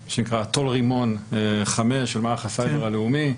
מה שנקרא טול רימון חמש של מערך הסייבר הלאומי.